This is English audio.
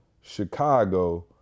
Chicago